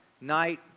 night